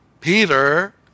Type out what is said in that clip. Peter